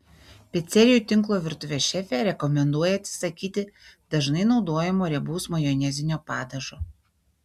picerijų tinklo virtuvės šefė rekomenduoja atsisakyti dažnai naudojamo riebaus majonezinio padažo